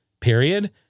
Period